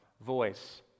voice